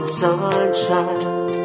sunshine